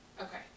Okay